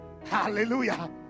Hallelujah